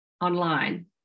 online